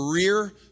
career